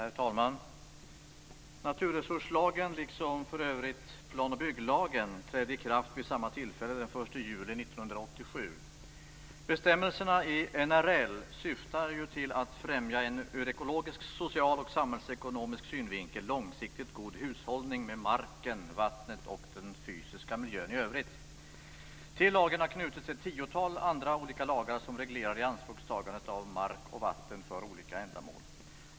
Herr talman! Naturresurslagen trädde liksom för övrigt också plan och bygglagen i kraft den 1 juli 1987. Bestämmelserna i NRL syftar till att främja en ur ekologisk, social och samhällsekonomisk synvinkel långsiktigt god hushållning med marken, vattnet och den fysiska miljön i övrigt. Till lagen har knutits ett tiotal olika lagar som reglerar ianspråkstagandet av mark och vatten för olika ändamål.